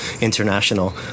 international